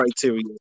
criteria